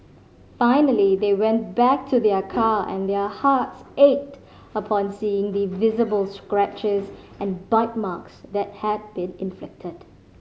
finally they went back to their car and their hearts ached upon seeing the visible scratches and bite marks that had been inflicted